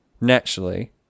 naturally